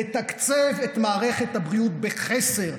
לתקצב את מערכת הבריאות בחסר.